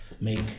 make